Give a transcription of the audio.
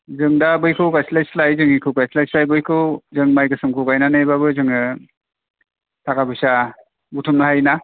जों दा बैखौ गायस्लाय स्लाइ जोंनिखौ गायस्लाय स्लाइ बैखौ जों माइ गोसोमखौ गायनानै बाबो जोङो थाखा फैसा बुथुमनो हायो ना